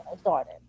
started